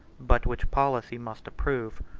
but which policy must approve.